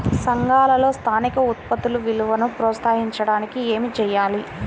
సంఘాలలో స్థానిక ఉత్పత్తుల విలువను ప్రోత్సహించడానికి ఏమి చేయాలి?